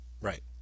right